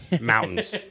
Mountains